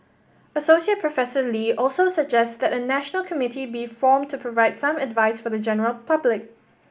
Associate Professor Lee also suggests that a national committee be formed to provide some advice for the general public